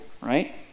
Right